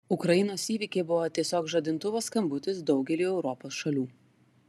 ukrainos įvykiai buvo tiesiog žadintuvo skambutis daugeliui europos šalių